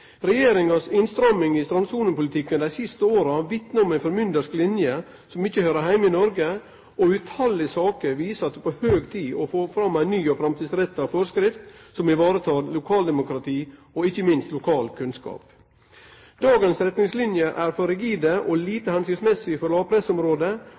innstramming i strandsonepolitikken dei siste åra vitnar om ein formyndarskap som ikkje høyrer heime i Noreg, og svært mange saker viser at det er på høg tid å få fram ei ny og framtidsretta forskrift som tek i vare lokaldemokratiet, og ikkje minst lokal kunnskap. Dagens retningslinjer er så rigide og